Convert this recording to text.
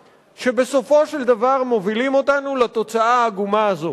שבסופו של דבר מובילות אותנו לתוצאה העגומה הזאת.